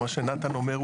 מה שנתן אומר,